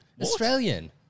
Australian